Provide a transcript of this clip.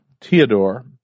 Theodore